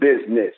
business